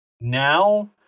Now